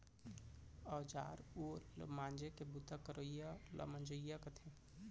औजार उव ल मांजे के बूता करवइया ल मंजइया कथें